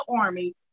army